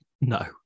No